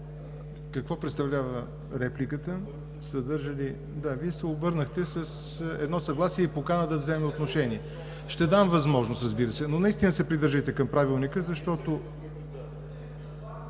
какво представлява репликата. Вие се обърнахте с едно съгласие и покана да вземе отношение. Ще дам възможност, разбира се, но наистина се придържайте към Правилника, защото…